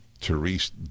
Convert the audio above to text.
Therese